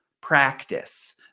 practice